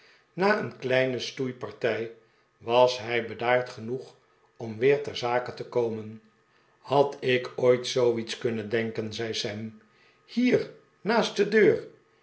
na een kleine stoeipartij was hij bedaard ge noeg om weer ter zake te komen had ik ooit zoo iets kunnen denken zei sam hier naast de deur